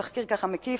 מתחקיר מקיף